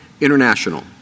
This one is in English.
International